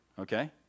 okay